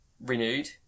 renewed